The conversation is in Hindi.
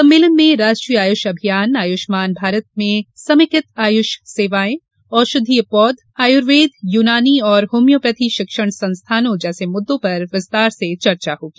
सम्मेलन में राष्ट्रीय आयुष अभियान आयुषमान भारत में समेकित आयुष सेवायें औषधिय पौधे आयुर्वेद यूनानी और होम्यौपेथी शिक्षण संस्थानों जैसे मुद्दों पर विस्तार से चर्चा होगी